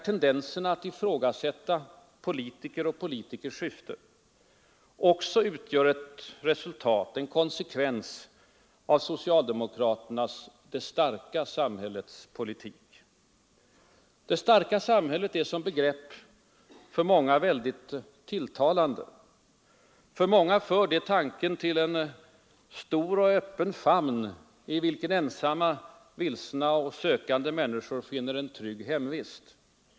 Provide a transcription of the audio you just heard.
Tendenserna att ifrågasätta politiker och politikers syften utgör också ett resultat, en konsekvens av socialdemokraternas ”det starka samhällets politik”. ”Det starka samhället” är som begrepp tilltalande. För många för det tanken till en stor och öppen famn i vilken ensamma, vilsna och sökande människor finner en trygg hemvist.